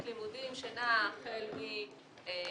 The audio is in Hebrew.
הם מלמדים בתכנית לימודים שנעה החל מ --- בסדר,